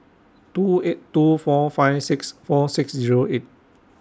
two eight two four five six four six Zero eight